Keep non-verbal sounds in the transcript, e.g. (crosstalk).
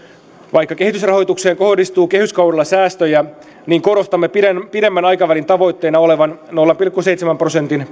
vaikka kehitysrahoitukseen kohdistuu kehyskaudella säästöjä korostamme pidemmän pidemmän aikavälin tavoitteena olevaa nolla pilkku seitsemän prosentin (unintelligible)